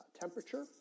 temperature